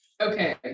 Okay